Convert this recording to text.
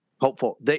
hopeful